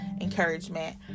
encouragement